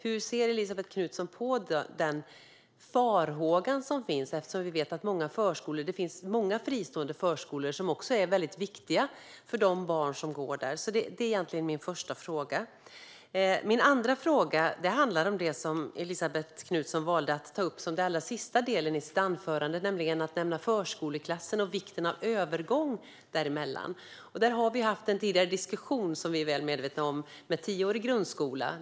Hur ser Elisabet Knutsson på den farhåga som finns? Det finns många fristående förskolor som är väldigt viktiga för de barn som går där. Detta är egentligen min första fråga. Min andra fråga handlar om det som Elisabet Knutsson valde att ta upp i den allra sista delen i sitt anförande. Det handlar om vikten av en övergång när man lämnar förskoleklassen. Vi har haft en tidigare diskussion, som vi är väl medvetna om, om en tioårig grundskola.